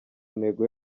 ntego